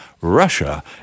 Russia